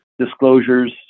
disclosures